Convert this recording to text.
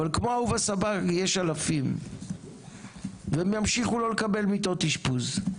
אבל כמו אהובה סבג יש אלפים והם ימשיכו לא לקבל מיטות אשפוז,